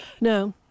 No